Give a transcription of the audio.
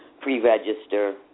pre-register